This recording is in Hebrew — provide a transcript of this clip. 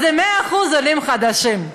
אז זה 100% עולים חדשים.